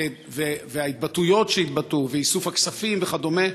וההתבטאויות שהתבטאו ואיסוף הכספים וכדומה,